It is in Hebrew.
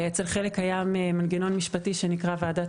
אצל חלק היה מנגנון משפטי שנקרא ועדת